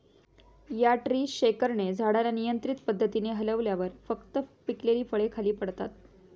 या ट्री शेकरने झाडाला नियंत्रित पद्धतीने हलवल्यावर फक्त पिकलेली फळे खाली पडतात